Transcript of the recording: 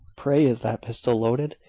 pray, is that pistol loaded?